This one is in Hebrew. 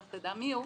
לך תדע מי הוא,